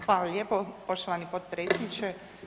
Hvala lijepo poštovani potpredsjedniče.